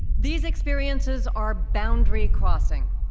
these experiences are boundary crossing.